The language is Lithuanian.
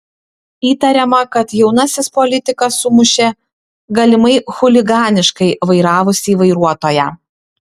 įtariama kad jaunasis politikas sumušė galimai chuliganiškai vairavusį vairuotoją